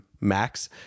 max